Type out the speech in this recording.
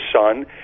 son